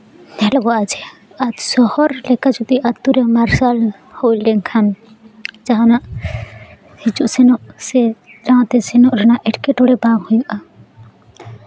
ᱧᱮᱞᱚᱜᱚᱜᱼᱟ ᱡᱮ ᱥᱚᱦᱚᱨ ᱞᱮᱠᱟ ᱡᱩᱫᱤ ᱟᱛᱳᱨᱮ ᱢᱟᱨᱥᱟᱞ ᱦᱩᱭ ᱞᱮᱱᱠᱷᱟᱱ ᱡᱟᱦᱟᱱᱟᱜ ᱦᱤᱡᱩᱜ ᱥᱮᱱᱚᱜ ᱥᱮ ᱥᱟᱶᱛᱮ ᱥᱮᱱᱚᱜ ᱨᱮᱱᱟᱜ ᱮᱸᱴᱠᱮᱴᱚᱬᱮ ᱵᱟᱝ ᱦᱩᱭᱩᱜᱼᱟ